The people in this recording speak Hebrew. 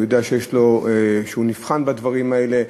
הוא יודע שהוא נבחן בדברים האלה,